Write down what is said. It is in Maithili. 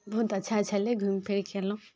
बहुत अच्छा छलय घूमि फिरि कऽ अयलहुँ